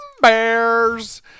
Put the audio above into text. Bears